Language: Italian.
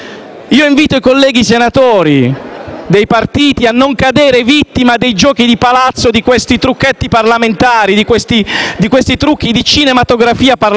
dei partiti a non cadere vittima dei giochi di palazzo, di questi trucchetti parlamentari, di questi trucchi di cinematografia parlamentare.